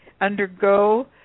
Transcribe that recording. undergo